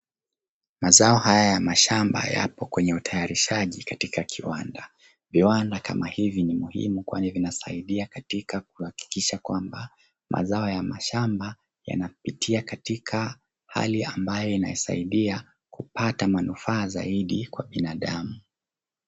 Mazao haya ya lashamba yako kwenye utayarishaji katika kiwanda. Viwanda kama hivi ni muhimu kwani vinasaidia katika kuhakikisha kwamba mazao ya mashamba yanapitia katika hali ambayo inasaidia kupata manufaa zaidi kwa binadamu.